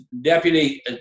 deputy